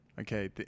Okay